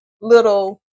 little